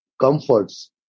comforts